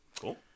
Cool